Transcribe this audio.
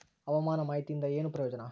ಹವಾಮಾನ ಮಾಹಿತಿಯಿಂದ ಏನು ಪ್ರಯೋಜನ?